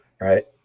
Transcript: right